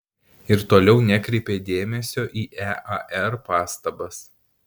ir toliau nekreipė dėmesio į ear pastabas